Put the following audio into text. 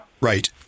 Right